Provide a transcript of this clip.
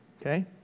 Okay